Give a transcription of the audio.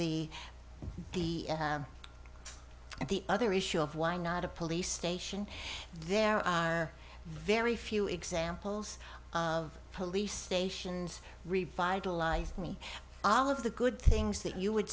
the the and the other issue of why not a police station there are very few examples of police stations revitalized me all of the good things that you would